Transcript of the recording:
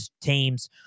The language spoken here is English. teams